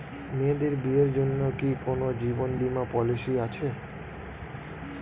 মেয়েদের বিয়ের জন্য কি কোন জীবন বিমা পলিছি আছে?